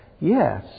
Yes